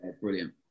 brilliant